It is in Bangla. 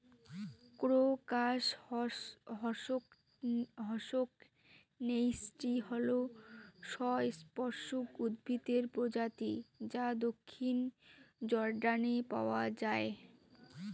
ক্রোকাস হসকনেইচটি হল সপুষ্পক উদ্ভিদের প্রজাতি যা দক্ষিণ জর্ডানে পাওয়া য়ায়